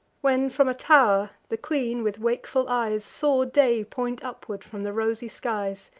when, from a tow'r, the queen, with wakeful eyes, saw day point upward from the rosy skies.